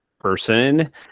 person